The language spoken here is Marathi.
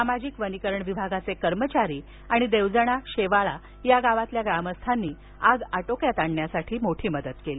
सामाजिक वनीकरण विभागाचे कर्मचारी आणि देवजना शेवाळा गावातल्या ग्रामस्थांनी आग आटोक्यात आणण्यासाठी मदत केली